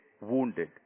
wounded